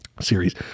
series